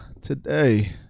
today